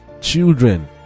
children